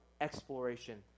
exploration